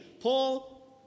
Paul